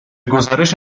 گزارش